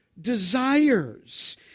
Desires